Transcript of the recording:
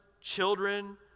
children